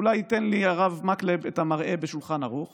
אולי ייתן לי הרב מקלב את המראה בשולחן ערוך